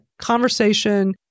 conversation